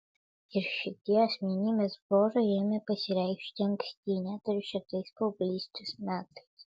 ir šitie asmenybės bruožai ėmė pasireikšti anksti net ir šitais paauglystės metais